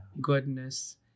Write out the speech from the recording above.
goodness